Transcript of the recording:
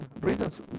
reasons